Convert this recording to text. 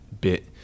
bit